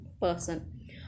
person